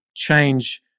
change